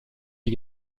die